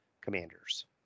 Commanders